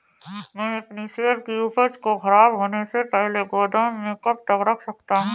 मैं अपनी सेब की उपज को ख़राब होने से पहले गोदाम में कब तक रख सकती हूँ?